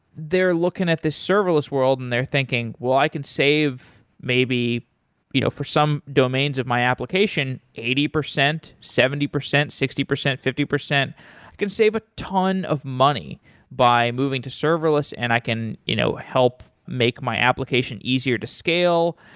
they're looking at this serverless world and they're thinking, well, i can save maybe you know for some domains of my application eighty percent, seventy percent, sixty percent, fifty percent. i can save a ton of money by moving to serverless and i can you know help make my application easier to scale.